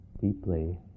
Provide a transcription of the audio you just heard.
deeply